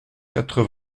quatre